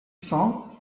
cents